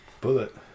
Bullet